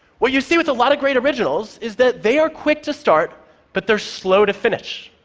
what you see with a lot of great originals is that they are quick to start but they're slow to finish.